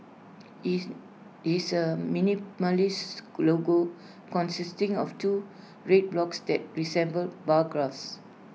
it's is A minimalist logo consisting of two red blocks that resemble bar graphs